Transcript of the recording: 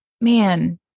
man